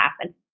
happen